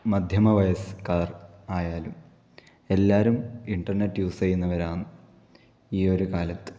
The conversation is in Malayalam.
മധ്യമ വയസുകാർ ആയാലും എല്ലാവരും ഇന്റർനെറ്റ് യൂസ് ചെയ്യുന്നവരാന്ന് ഈ ഒരു കാലത്ത്